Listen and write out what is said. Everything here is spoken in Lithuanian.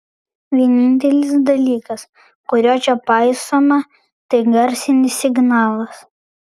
vienintelis dalykas kurio čia paisoma tai garsinis signalas